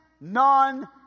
none